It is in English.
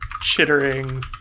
chittering